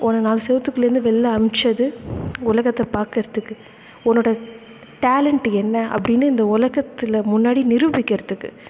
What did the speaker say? உன்ன நாலு செவத்துக்குள்லேருந்து வெளில அமிச்சது உலகத்தை பாக்கறத்துக்கு உன்னோடய டேலண்ட் என்ன அப்படின்னு இந்த உலகத்துல முன்னாடி நிரூபிக்கிறத்துக்கு